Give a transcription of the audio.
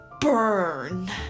burn